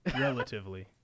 relatively